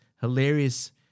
hilarious